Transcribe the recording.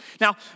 Now